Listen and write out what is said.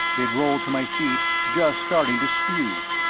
it rolled to my feet, just starting to spew.